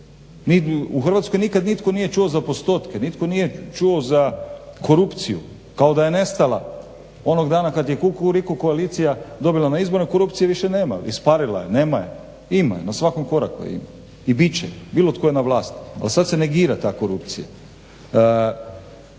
u Hrvatskoj nikad nitko nije čuo za postotke, nitko nije čuo za korupciju kao da je nestala onog dana kada je Kukuriku koalicija dobila na izborima korupcije više nema, isparila je, nema je. ima je na svakom koraku je ima i bit će bilo tko je da na vlasti ali se negira ta korupcija.